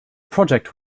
project